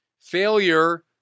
Failure